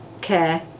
care